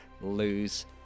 lose